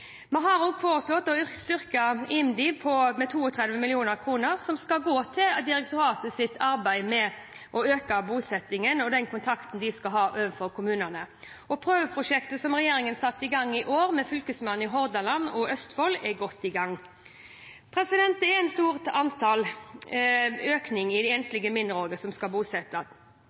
med 32 mill. kr, som skal gå til direktoratets arbeid med å øke bosettingen og den kontakten de skal ha overfor kommunene. Prøveprosjektet som regjeringen satte i gang i år med Fylkesmennene i Hordaland og Østfold, er godt i gang. Det er en stor økning i antall enslige mindreårige som skal bosettes. Regjeringen har foreslått å styrke det